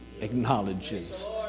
acknowledges